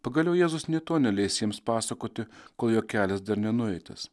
pagaliau jėzus nei to neleis jiems pasakoti kol jo kelias dar nenueitas